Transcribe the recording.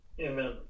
Amen